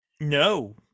No